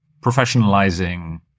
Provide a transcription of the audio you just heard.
professionalizing